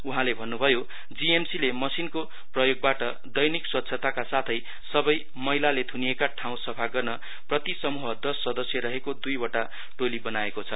उहाँले भन्नुभयो जीएमसी ले मशिनको प्रयोगवाट दैनिक स्वच्छता का साथै सबै मैलाले थुनिएका ठाँउ सफा गर्न प्रति समूह दस सदस्य रहेको दुइवटा टोली बनाएको छ